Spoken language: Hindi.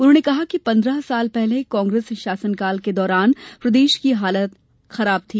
उन्होंने कहा कि पन्द्रह साल पहले कांग्रेस शासनकाल के दौरान प्रदेश की हालत खराब थी